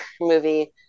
movie